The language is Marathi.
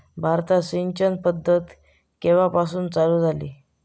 भारतात सिंचन पद्धत केवापासून चालू झाली?